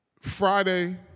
Friday